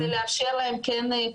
המענים זה לאפשר להם פרנסה.